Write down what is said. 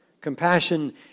Compassion